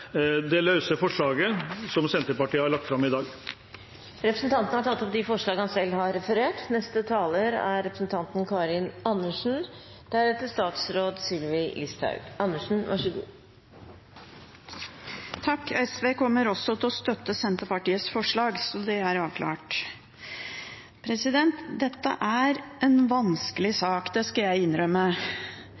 det løse forslaget som Senterpartiet har lagt fram i dag. Da har representanten André N. Skjelstad tatt opp det forslaget han refererte til. SV kommer også til å støtte Senterpartiets forslag, så er det avklart. Dette er en vanskelig sak, det skal jeg innrømme,